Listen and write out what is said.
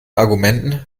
argumenten